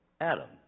Adam